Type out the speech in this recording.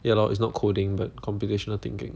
ya lor it's not coding but computational thinking